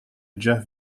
jeff